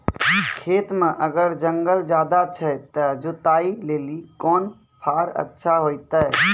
खेत मे अगर जंगल ज्यादा छै ते जुताई लेली कोंन फार अच्छा होइतै?